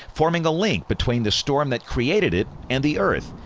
forming a link between the storm that created it and the earth.